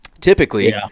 typically